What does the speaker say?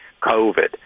COVID